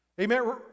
Amen